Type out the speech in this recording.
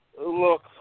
look